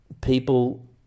people